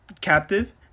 captive